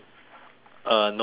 uh no shit